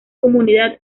comunidad